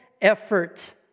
effort